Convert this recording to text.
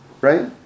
right